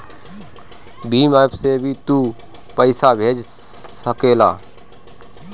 Bhim app से भी तू पईसा भेज सकेला